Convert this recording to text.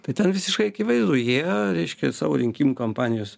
tai ten visiškai akivaizdu jie reiškia savo rinkimų kampanijos